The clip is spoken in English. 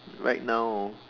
like now